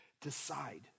decide